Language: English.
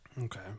Okay